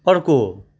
अर्को